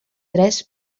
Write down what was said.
tres